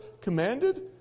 commanded